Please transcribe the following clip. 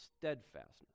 steadfastness